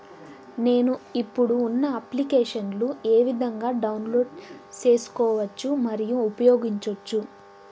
నేను, ఇప్పుడు ఉన్న అప్లికేషన్లు ఏ విధంగా డౌన్లోడ్ సేసుకోవచ్చు మరియు ఉపయోగించొచ్చు?